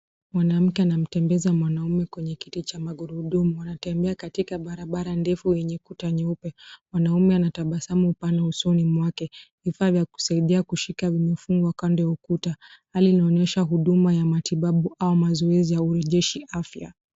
Mwanamke anamtembeza mwanaume kwenye kiti cha magurudumu. Anatembea katika barabara ndefu yenye kuta nyeupe. Mwanaume anatabasamu pana usoni mwake, Vifaa vya kusaidia kushika vimefungwa kando ya ukuta. Hali inaonyesha huduma ya matibabu au mazoezi ya urejeshi afya.